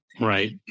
Right